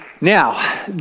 Now